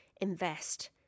invest